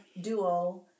duo